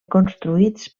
construïts